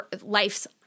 life's